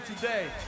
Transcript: today